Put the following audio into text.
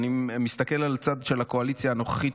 אני מסתכל על הצד של הקואליציה הנוכחית,